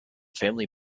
family